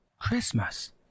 Christmas